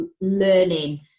learning